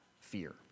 fear